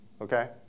Okay